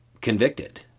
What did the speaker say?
convicted